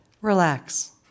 Relax